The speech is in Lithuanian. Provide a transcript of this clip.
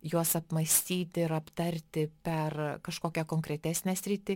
juos apmąstyti ir aptarti per kažkokią konkretesnę sritį